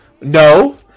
no